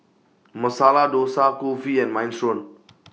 Masala Dosa Kulfi and Minestrone